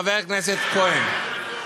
חבר הכנסת כהן,